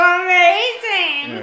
amazing